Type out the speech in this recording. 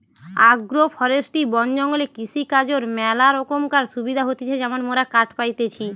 agro forestry বন জঙ্গলে কৃষিকাজর ম্যালা রোকমকার সুবিধা হতিছে যেমন মোরা কাঠ পাইতেছি